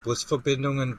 busverbindungen